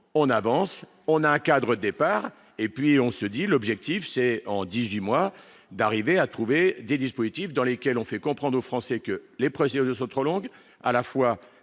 on avance, on a un cadre, départ et puis on se dit, l'objectif c'est en 18 mois d'arriver à trouver des dispositifs dans lesquels on fait comprendre aux Français que les projets aux autres langues à la fois